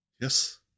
Yes